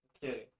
kidding